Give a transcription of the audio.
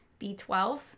b12